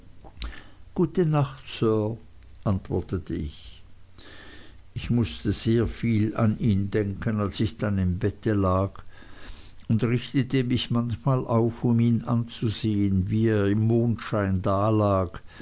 gute nacht sir antwortete ich ich mußte sehr viel an ihn denken als ich dann im bette lag und richtete mich manchmal auf um ihn anzusehen wie er im mondschein dalag